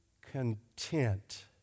content